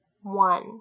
One